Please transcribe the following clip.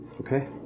Okay